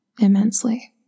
immensely